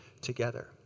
together